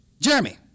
Jeremy